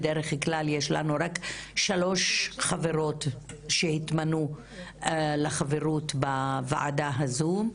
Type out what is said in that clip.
בדרך כלל יש לנו רק שלוש חברות שהתמנו לחברות בוועדה הזו.